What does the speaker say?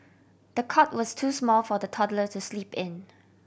the cot was too small for the toddler to sleep in